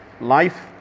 life